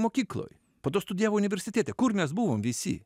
mokykloj po to studijavo universitete kur mes buvom visi